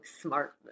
smart